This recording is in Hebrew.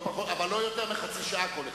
אבל לא יותר מחצי שעה כל אחד.